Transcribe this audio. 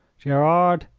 gerard,